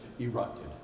erupted